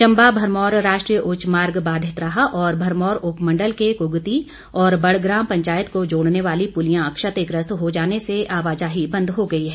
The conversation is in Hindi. चंबा मरमौर राष्ट्रीय उच्च मार्ग बाधित रहा और भरमौर उपमंडल के कुगती और बड़ग्रां पंचायत को जोड़ने वाली प्रलियां क्षतिग्रस्त हो जाने से आवाजाही बंद हो गई है